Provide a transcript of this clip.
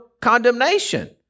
condemnation